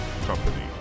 company